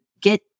get